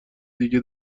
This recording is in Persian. دیگه